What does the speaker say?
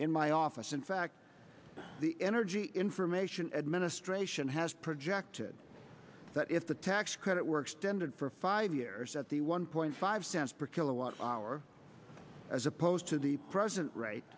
in my office in fact the energy information administration has projected that if the tax credit were extended for five years at the one point five cents per kilowatt hour as opposed to the present right